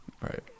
right